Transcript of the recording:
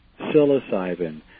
psilocybin